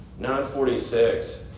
946